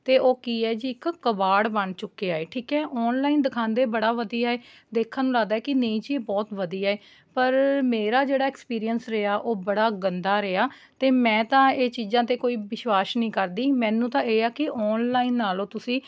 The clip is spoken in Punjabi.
ਅਤੇ ਉਹ ਕੀ ਹੈ ਜੀ ਇੱਕ ਕਬਾੜ ਬਣ ਚੁੱਕਿਆ ਹੈ ਠੀਕ ਹੈ ਆਨਲਾਈਨ ਦਿਖਾਉਂਦੇ ਬੜਾ ਵਧੀਆ ਹੈ ਦੇਖਣ ਨੂੰ ਲੱਗਦਾ ਏ ਕਿ ਨਹੀਂ ਜੀ ਇਹ ਬਹੁਤ ਵਧੀਆ ਹੈ ਪਰ ਮੇਰਾ ਜਿਹੜਾ ਐਕਸਪੀਰੀਅਸ ਰਿਹਾ ਉਹ ਬੜਾ ਗੰਦਾ ਰਿਹਾ ਅਤੇ ਮੈਂ ਤਾਂ ਇਹ ਚੀਜ਼ਾਂ 'ਤੇ ਕੋਈ ਵਿਸ਼ਵਾਸ ਨਹੀਂ ਕਰਦੀ ਮੈਨੂੰ ਤਾਂ ਇਹ ਆ ਕਿ ਆਨਲਾਈਨ ਨਾ ਲਉ ਤੁਸੀਂ